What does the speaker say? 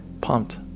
pumped